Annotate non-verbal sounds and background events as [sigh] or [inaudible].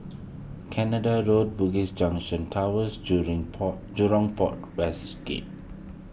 Canada Road Bugis Junction Towers [unintelligible] Port Jurong Port West Gate